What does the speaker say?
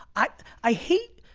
i i hate,